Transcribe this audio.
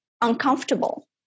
uncomfortable